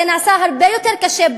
זה נעשה הרבה יותר קשה.